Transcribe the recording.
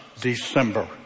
December